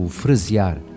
frasear